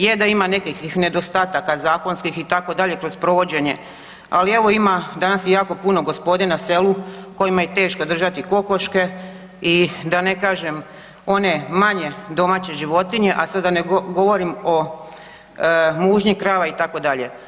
Je da ima nekih nedostataka zakonskih itd. kroz provođenje, ali evo ima, danas je jako puno gospode na selu kojima je teško držati kokoške i da ne kažem one manje domaće životinje, a sad da ne govorim o mužnji krava itd.